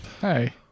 Hey